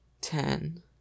Ten